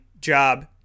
job